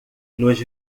nos